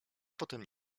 potem